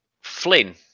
Flynn